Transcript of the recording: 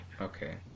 okay